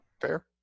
fair